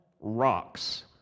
rocks